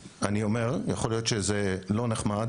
ויכול להיות שזה לא נחמד